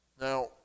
Now